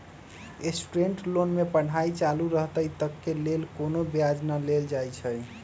student loan में पढ़ाई चालू रहइत तक के लेल कोनो ब्याज न लेल जाइ छइ